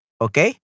okay